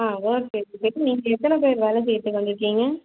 ஆ எத்தனை பேர் வேலை செய்கிறத்துக்கு வந்திருக்கிங்க